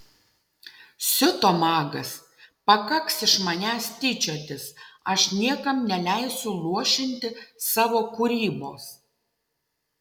siuto magas pakaks iš manęs tyčiotis aš niekam neleisiu luošinti savo kūrybos